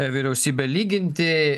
vyriausybe lyginti